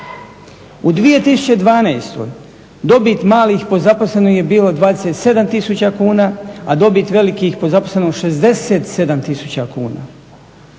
U 2012. dobit malih po zaposlenoj je bilo 27 tisuća kuna a dobit velikih po zaposlenom 67 tisuća kuna.